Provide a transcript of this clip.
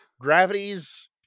gravity's